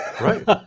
Right